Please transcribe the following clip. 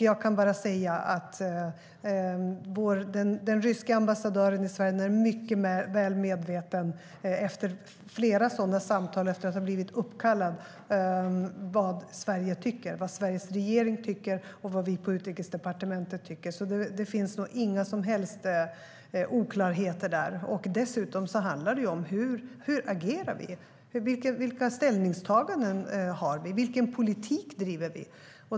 Den ryska ambassadören i Sverige är efter att ha blivit uppkallad till flera sådana samtal mycket väl medveten om vad Sverige tycker, vad Sveriges regering tycker och vad vi på Utrikesdepartementet tycker. Det finns nog inga som helst oklarheter där. Dessutom handlar det om hur vi agerar, vilka ställningstaganden vi gör och vilken politik vi driver.